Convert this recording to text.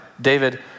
David